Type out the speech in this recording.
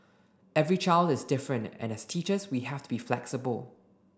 every child is different and as teachers we have to be flexible